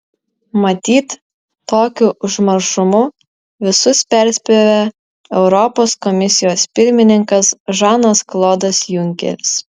matyt tokiu užmaršumu visus perspjovė europos komisijos pirmininkas žanas klodas junkeris